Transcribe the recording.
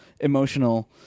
emotional